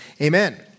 Amen